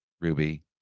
Ruby